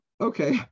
Okay